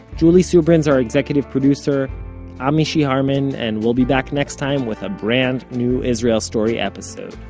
julie subrin's our executive producer i'm mishy harman, and we'll be back next time with a brand new israel story episode.